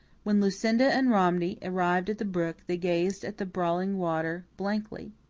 when lucinda and romney arrived at the brook they gazed at the brawling water blankly.